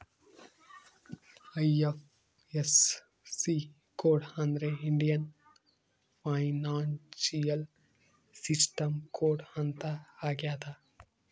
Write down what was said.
IFSC code ಅಂದ್ರೆ Indian financial system code ಅಂತ ಆಗ್ಯದ